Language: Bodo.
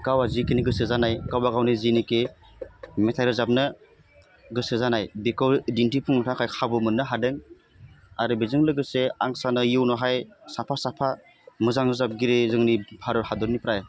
गावा जिखिनि गोसो जानाय गावबागावनि जिनिखि मेथाइ रोजाबनो गोसो जानाय बेखौ दिन्थिफुंनो थाखाय खाबु मोननो हादों आरो बेजों लोगोसे आं सानो इयुनावहाय साफा साफा मोजां रोजाबगिरि जोंनि भारत हादरनिफ्राय